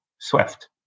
SWIFT